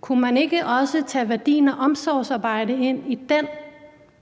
kunne man ikke også tage værdien af omsorgsarbejde ind i den